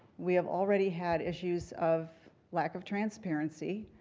we have already had issues of lack of transparency,